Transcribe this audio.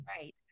Right